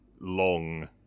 long